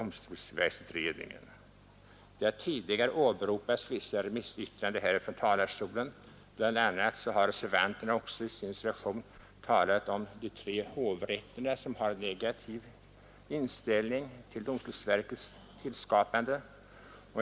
Man har tidigare åberopat vissa remissyttranden härifrån talarstolen, och i reservationen talas det om de tre hovrätter som har en negativ inställning till domstolsverkets tillskapande.